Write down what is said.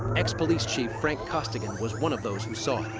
ex-police chief frank costigan was one of those who saw